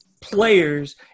players